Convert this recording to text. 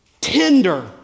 tender